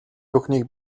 бүхнийг